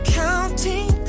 counting